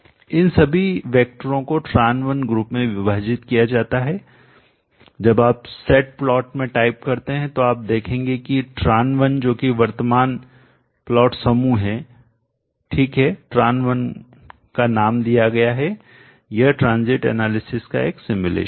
इन सभी वैक्टरों को एक tran1 ग्रुप में विभाजित किया जाता है जब आप सेट प्लॉट में टाइप करते हैं तो आप देखेंगे कि tran1 जो कि वर्तमान प्लॉट समूह है ठीक है tran1 का नाम दिया गया है यह ट्रांजियंट एनालिसिस क्षणिक विश्लेषण का एक सिमुलेशन है